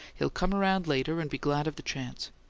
he'll come around later and be glad of the chance.